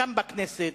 כאן בכנסת,